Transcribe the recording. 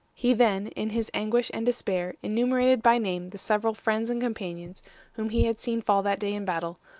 he then, in his anguish and despair, enumerated by name the several friends and companions whom he had seen fall that day in battle,